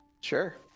sure